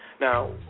Now